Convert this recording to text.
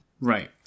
Right